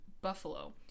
buffalo